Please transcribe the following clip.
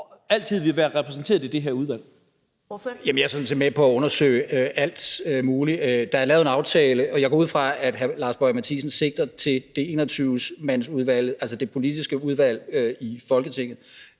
Martin Geertsen (V): Jamen jeg er sådan set med på at undersøge alt muligt. Der er lavet en aftale, og jeg går ud fra, at hr. Lars Boje Mathiesen sigter til det 21-mandsudvalg, altså det politiske udvalg i Folketinget,